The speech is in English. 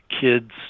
kids